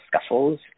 scuffles